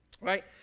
right